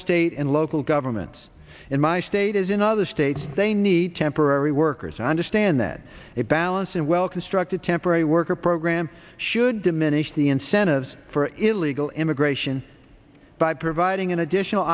state and local governments in my state as in other states they need temporary workers i understand that a balanced and well constructed temporary worker program should diminish the incentives for illegal immigration by providing an additional